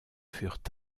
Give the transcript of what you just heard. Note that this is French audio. furent